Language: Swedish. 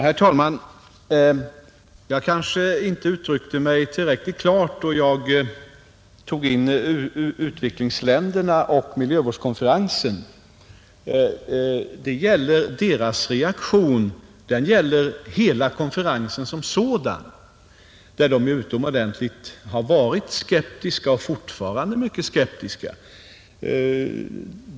Herr talman! Jag kanske inte uttryckte mig tillräckligt klart då jag tog upp utvecklingsländerna och miljövårdskonferensen. Deras reaktion gäller hela konferensen som sådan. De har varit utomordentligt skeptiska och är fortfarande mycket skeptiska.